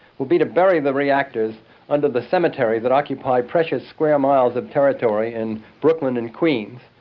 would be to bury the reactors under the cemetery that occupies precious square miles of territory in brooklyn and queens,